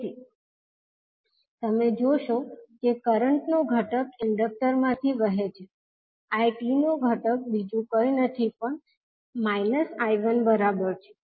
તેથી તમે જોશો કે કરંટનો ઘટક ઇન્ડક્ટર માંથી વહે છે I2 નો ઘટક બીજું કઈ નથી પણ I1 બરાબર છે